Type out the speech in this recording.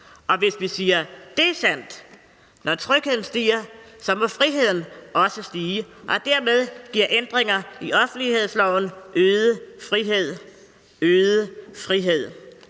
Og hvis vi siger, det er sandt, at når trygheden stiger, må friheden også stige, giver ændringer i offentlighedsloven dermed øget frihed